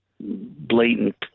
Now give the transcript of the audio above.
blatant